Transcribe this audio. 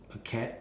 a cat